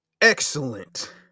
Excellent